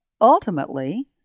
ultimately